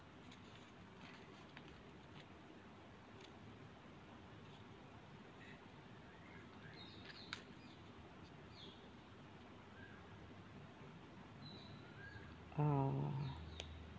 oh